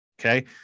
Okay